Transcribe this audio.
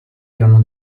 erano